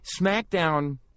SmackDown